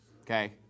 Okay